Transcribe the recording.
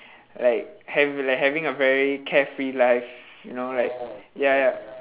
like hav~ like having a very carefree life you know like ya ya